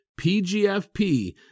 PGFP